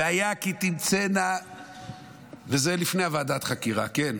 וזה לפני ועדת החקירה, כן: